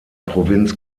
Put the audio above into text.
provinz